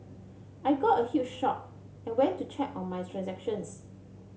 I got a huge shocked and went to check on my transactions